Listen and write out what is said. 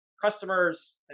customers